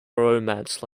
romance